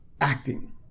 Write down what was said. acting